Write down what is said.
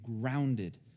grounded